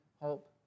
hope